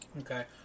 okay